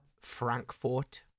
Frankfurt